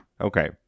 Okay